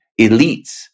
elites